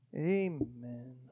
Amen